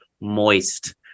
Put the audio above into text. moist